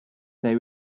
they